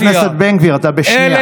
חבר הכנסת בן גביר, אתה בשנייה.